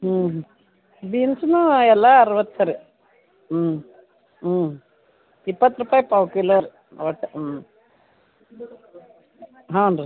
ಹ್ಞೂ ಬೀನ್ಸೂ ಎಲ್ಲ ಅರ್ವತ್ತು ರೀ ಹ್ಞೂ ಹ್ಞೂ ಇಪ್ಪತ್ತು ರೂಪಾಯಿ ಪಾವು ಕಿಲೋ ರಿ ಒಟ್ಟು ಹ್ಞೂ ಹಾಂ ರೀ